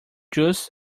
juice